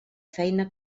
feina